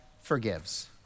forgives